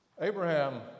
Abraham